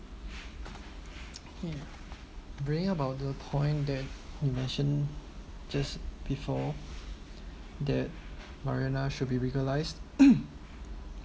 bringing about the point that you mention just before that marijuana should be legalized